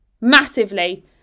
massively